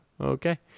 okay